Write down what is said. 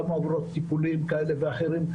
גם עוברות טיפולים כאלה ואחרים.